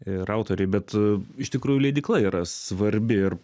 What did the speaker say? ir autoriai bet iš tikrųjų leidykla yra svarbi ir